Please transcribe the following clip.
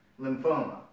lymphoma